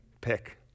pick